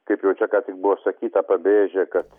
kaip jau čia ką tik buvo sakyta pabrėžė kad